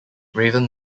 raven